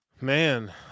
Man